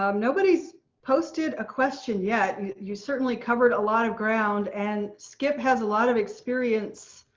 um nobody's posted a question yet. you certainly covered a lot of ground and skip has a lot of experience